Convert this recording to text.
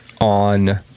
on